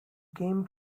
came